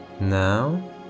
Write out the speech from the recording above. Now